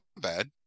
bad